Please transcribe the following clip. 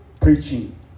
preaching